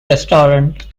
restaurant